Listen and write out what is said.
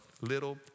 little